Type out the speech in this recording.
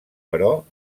però